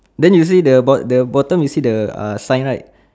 then you say the about the bottom you see the uh sign right